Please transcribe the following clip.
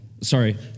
Sorry